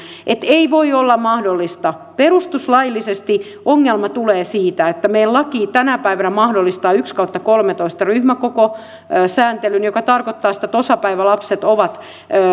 että ei voi olla mahdollista perustuslaillisesti ongelma tulee siitä että meidän laki tänä päivänä mahdollistaa yksi kautta kolmetoista ryhmäkokosääntelyn joka tarkoittaa sitä että osapäivälapset ovat